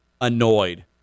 annoyed